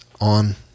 on